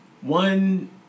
one